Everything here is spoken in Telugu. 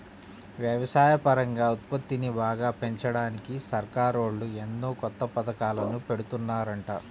వ్యవసాయపరంగా ఉత్పత్తిని బాగా పెంచడానికి సర్కారోళ్ళు ఎన్నో కొత్త పథకాలను పెడుతున్నారంట